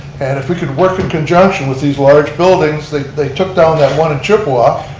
and if we could work in conjunction with these large buildings. they they took down that one in chippiwa.